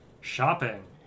shopping